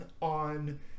on